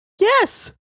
Yes